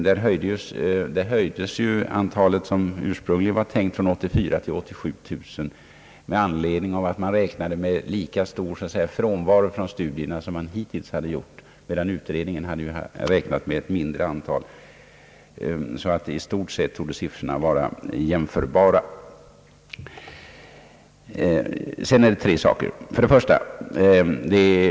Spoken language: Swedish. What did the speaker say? Det ursprungligen tänkta antalet 34 000 höjdes till 87 000 därför attt man räknade med lika stor frånvaro från studierna som man hittills hade gjort, medan utredningen hade räknat med ett mindre antal. I stort sett torde siffrorna vara jämförbara.